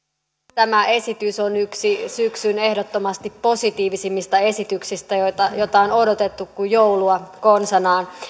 tämä esitys on yksi syksyn ehdottomasti positiivisimmista esityksistä ja sitä on odotettu kuin joulua konsanaan